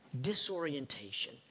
disorientation